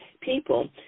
people